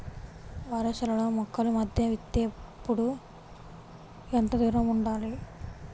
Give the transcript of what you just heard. వరసలలో మొక్కల మధ్య విత్తేప్పుడు ఎంతదూరం ఉండాలి?